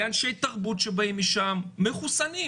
לאנשי תרבות שבאים משם מחוסנים,